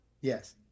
Yes